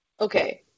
Okay